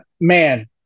man